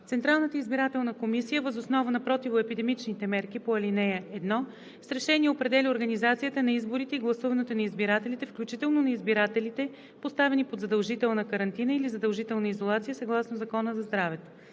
Централната избирателна комисия въз основа на противоепидемичните мерки по ал. 1 с решение определя организацията на изборите и гласуването на избирателите, включително на избирателите, поставени под задължителна карантина или задължителна изолация съгласно Закона за здравето.